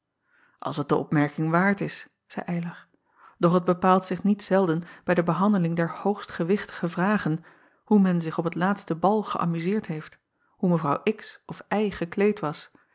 ls het de opmerking waard is zeî ylar doch het bepaalt zich niet zelden bij de behandeling der hoogst gewichtige vragen hoe men zich op het laatste bal ge acob van ennep laasje evenster delen amuzeerd heeft hoe evrouw of gekleed was